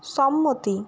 সম্মতি